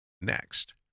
Next